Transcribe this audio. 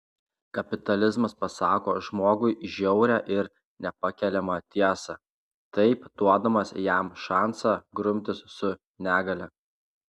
kapitalizmas pasako žmogui žiaurią ir nepakeliamą tiesą taip duodamas jam šansą grumtis su negalia